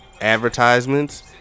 advertisements